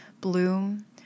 bloom